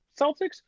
Celtics